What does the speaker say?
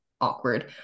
awkward